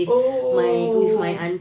oh